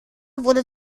wurde